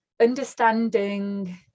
understanding